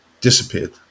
disappeared